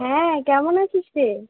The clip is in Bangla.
হ্যাঁ কেমন আছিস রে